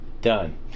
done